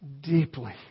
deeply